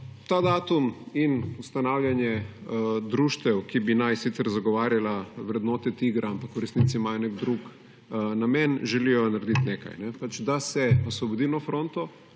Ta datum in ustanavljanje društva, ki bi naj sicer zagovarjalo vrednote TIGR-a, ampak v resnici imajo nek drug namen, želijo narediti nekaj, da se Osvobodilno fronto,